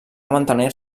mantenir